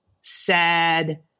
sad